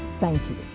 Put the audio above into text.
thank you.